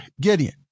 Gideon